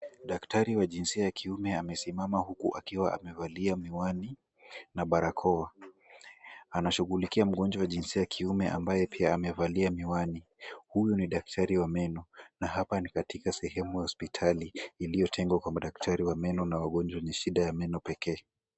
Daktari wa jinsia ya kiume amesimama huku akiwa amevalia miwani na barakoa. Anashughulikia mgonjwa wa jinsia ya kiume ambaye pia amevalia miwani. Huyu ni daktari wa meno na hapa ni katika sehemu ya hospitali iliyo tengwa kwa madaktari wa meno na wagonjwa wenye shida ya meno pekee.